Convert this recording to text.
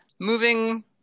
moving